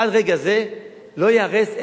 עד רגע זה לא ייהרס,